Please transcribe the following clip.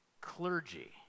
clergy